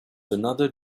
another